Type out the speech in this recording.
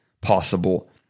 possible